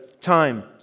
time